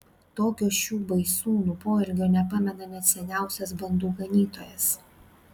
tokio šių baisūnų poelgio nepamena net seniausias bandų ganytojas